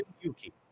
Yuki